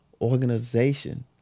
Organization